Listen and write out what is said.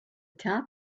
top